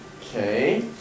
Okay